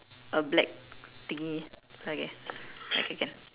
a black thingy okay okay can